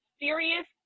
serious